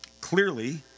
clearly